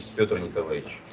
and nikolayevich?